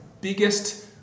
biggest